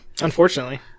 Unfortunately